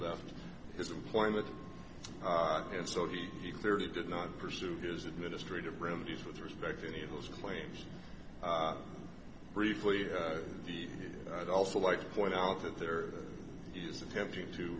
left his employment and so he clearly did not pursue his administrative remedies with respect to any of those claims briefly the i'd also like to point out that there is attempting to